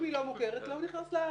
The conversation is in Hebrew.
אם היא לא מוכרת, לא נכנס לארץ.